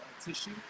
tissue